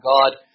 God